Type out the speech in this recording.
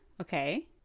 okay